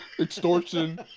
Extortion